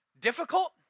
difficult